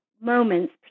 moments